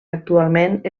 actualment